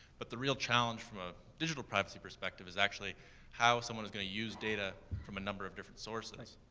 but the real challenge from a digital privacy perspective is actually how someone is gonna use data from a number of different sources,